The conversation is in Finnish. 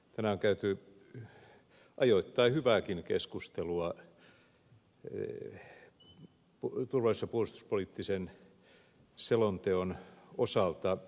tänään on käyty ajoittain hyvääkin keskustelua turvallisuus ja puolustuspoliittisen selonteon osalta